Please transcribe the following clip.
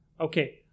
Okay